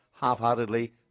half-heartedly